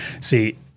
See